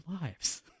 lives